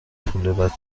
پول